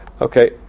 Okay